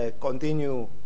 continue